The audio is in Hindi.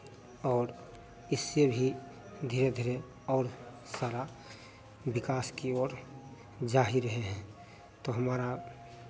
और इससे भी धीरे धीरे और सारा विकास की ओर जा ही रहे हैं तो हमारा